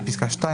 בפסקה (2),